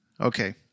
Okay